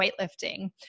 weightlifting